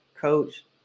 coach